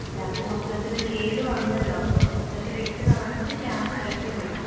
അല്ല അതുമൊത്തത്തിൽ കേടുവന്നല്ലോ അപ്പോൾ അത് മൊത്തത്തിൽ എടുത്തുകളഞ്ഞിട്ട് ക്യാപ് ഇടേണ്ടി വരും